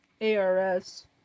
ARS